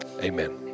Amen